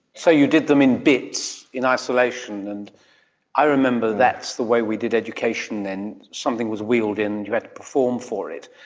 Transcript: so you did them in bits, in isolation. and i remember that's the way we did education then, something was wheeled in and you had to perform for it.